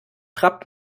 trapp